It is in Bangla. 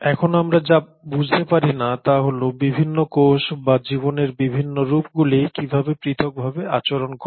এখনও আমরা যা বুঝতে পারি না তা হল বিভিন্ন কোষ বা জীবনের বিভিন্ন রূপগুলি কিভাবে পৃথকভাবে আচরণ করে